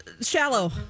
Shallow